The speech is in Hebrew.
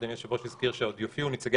ואדוני היושב-ראש הזכיר שעוד יופיעו נציגי